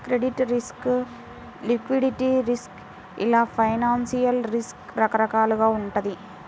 credit risk, liquidity risk ఇలా financial risk రకరకాలుగా వుంటది